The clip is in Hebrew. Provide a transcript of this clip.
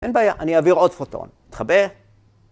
אין בעיה, אני אעביר עוד פוטון, תתחבא